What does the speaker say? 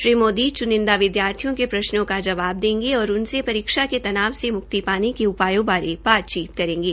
श्री मोदी च्निंदा विद्यार्थियों के प्रश्नों का जवाब देंगे और उनसे परीक्षा तनाव से म्क्ति के उपायो बारे बातचीत करेंगे